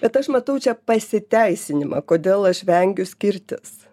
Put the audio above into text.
bet aš matau čia pasiteisinimą kodėl aš vengiu skirtis